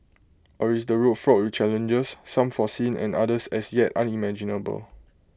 or is the road fraught with challenges some foreseen and others as yet unimaginable